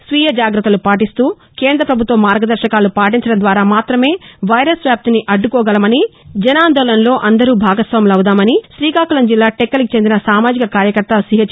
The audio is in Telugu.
స్వీయ జాగ్రత్తలు పాటిస్తూ కేంద్ర పభుత్వ మార్గదర్భకాలు పాటించడం ద్వారా మాత్రమే వైరస్ వ్యాప్తిని అడ్డుకోగలమని జన్ ఆందోళన్లో అందరూ భాగస్వాములవుదామనిశ్రీకాకుళం జిల్లా టెక్కలికి చెందిన సామాజిక కార్యకర్త సిహెచ్